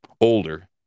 older